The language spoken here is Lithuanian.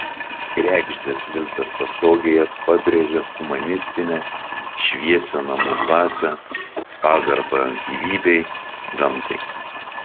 kregždės lizdas pastogėje pabrėžia humanistinę šviesią namų dvasią pagarbą gyvybei gamtai